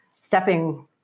stepping